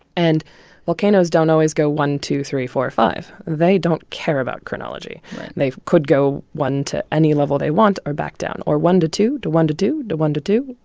and volcanoes don't always go one, two, three, four, five. they don't care about chronology right they could go one to any level they want or back down or one to two, to one to do, to one to two,